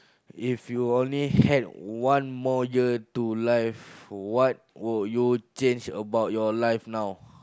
if you only had one more year to life what will you change about your life now